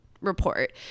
report